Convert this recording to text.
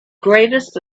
greatest